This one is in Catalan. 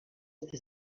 des